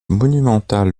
monumental